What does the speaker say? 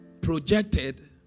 projected